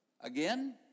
Again